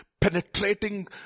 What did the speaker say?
penetrating